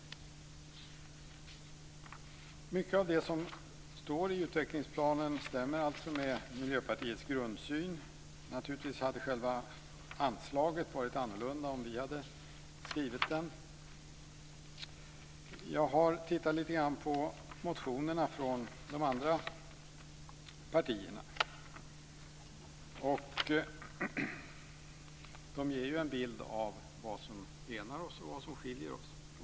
Mycket av det som står i utvecklingsplanen stämmer alltså med Miljöpartiets grundsyn. Naturligtvis hade själva anslaget varit annorlunda om vi hade skrivit den. Jag har tittat lite grann på motionerna från de andra partierna. De ger en bild av vad som enar oss och vad som skiljer oss åt.